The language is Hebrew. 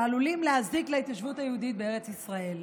שעלולים להזיק להתיישבות היהודית בארץ ישראל.